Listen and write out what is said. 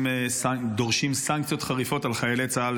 שדורשים סנקציות חריפות על חיילי צה"ל,